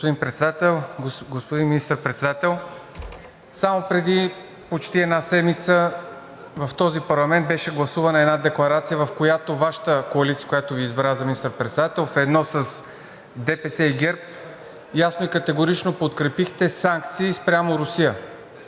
Господин Председател, господин Министър-председател, само преди почти една седмица в този парламент беше гласувана една декларация, в която Вашата коалиция, която Ви избра за министър-председател, ведно с ДПС и ГЕРБ, ясно и категорично подкрепихте санкции спрямо Русия.